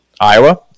Iowa